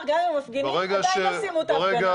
גם אם המפגינים עדיין לא סיימו את ההפגנה?